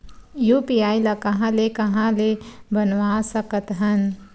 UPI ल कहां ले कहां ले बनवा सकत हन?